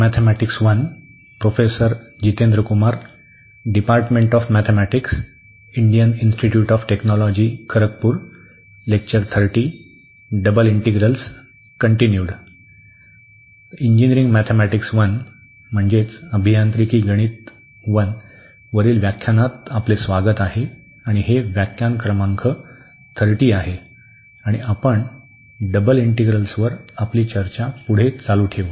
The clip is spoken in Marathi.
मॅथेमॅटिक्स I म्हणजे अभियांत्रिकी गणित I वरील व्याख्यानात आपले स्वागत आहे आणि हे व्याख्यान क्रमांक 30 आहे आणि आपण डबल इंटिग्रल्स वर आपली चर्चा चालू ठेवू